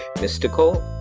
mystical